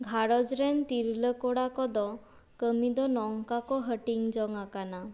ᱜᱷᱟᱨᱚᱧᱡᱽ ᱨᱮᱱ ᱛᱤᱨᱞᱟᱹ ᱠᱚᱲᱟ ᱠᱚᱫᱚ ᱠᱟᱹᱢᱤ ᱫᱚ ᱱᱚᱝᱠᱟ ᱠᱚ ᱦᱟᱹᱴᱤᱧ ᱡᱚᱝ ᱟᱠᱟᱱᱟ